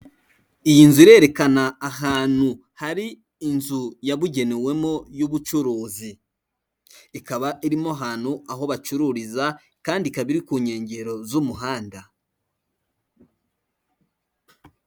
Iyi nzu irerekana ahantu hari inzu yabugenewemo y'ubucuruzi, ikaba irimo ahantu aho bacururiza, kandi ikaba iri ku nkengero z'umuhanda.